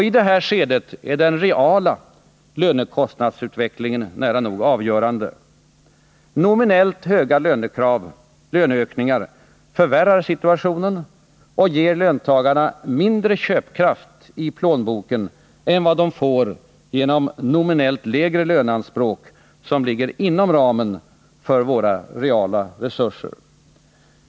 I det här skedet är den reala lönekostnadsutvecklingen nära nog avgörande. Nominellt höga löneökningar förvärrar situationen och ger löntagarna mindre köpkraft i plånboken än de får genom nominellt lägre löneanspråk som ligger inom ramen för våra reala resurser.